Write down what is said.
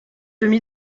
demi